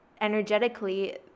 energetically